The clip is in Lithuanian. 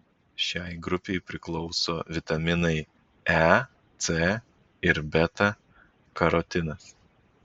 šiai grupei priklauso vitaminai e c ir beta karotinas